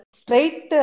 straight